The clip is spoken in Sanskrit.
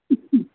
अहम्